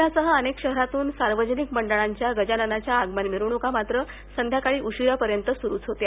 प्रण्यासह अनेक शहरातून सार्वजनिक मंडळांच्या गजाननाच्या आगमन मिरवणुका मात्र संध्याकाळी उशीरापर्यंत सुरूच होत्या